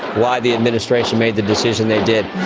why the administration made the decision they did